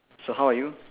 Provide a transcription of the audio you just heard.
so how are you